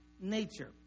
nature